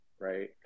right